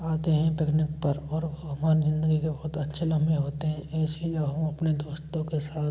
आते हैं पिकनिक पर और हमारी ज़िन्दगी के बहुत अच्छे लम्हे होते हैं ऐसी जगहों अपने दोस्तों के साथ